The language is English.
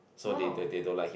so they the they don't like him